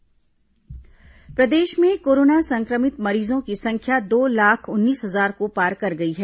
corona समाचार प्रदेश में कोरोना संक्रमित मरीजों की संख्या दो लाख उन्नीस हजार को पार कर गई है